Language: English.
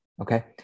okay